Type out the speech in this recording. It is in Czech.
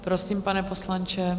Prosím, pane poslanče.